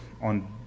On